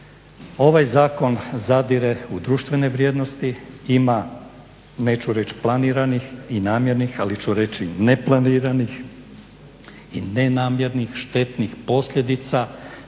ovaj zakon zadire u društvene vrijednosti, ima neću reći planiranih i namjernih ali ću reći neplaniranih i nenamjernih, štetnih posljedica